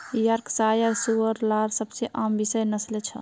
Yorkshire सूअर लार सबसे आम विषय नस्लें छ